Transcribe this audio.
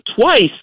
twice